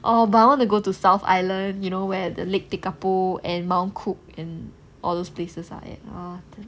orh but I want to go to south island you know where the lake tekapo and mount cook and all those places are at !wah!